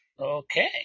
Okay